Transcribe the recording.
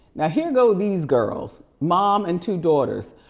now here go these girls, mom and two daughters,